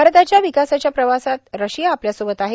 भारताच्या विकासाच्या प्रवासात रशिया आपल्यासोबत आहे